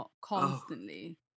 constantly